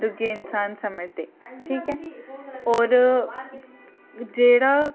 दुए इंसान समझदे ठीक ऐ होर जेह्ड़ा